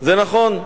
זה נכון,